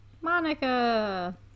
monica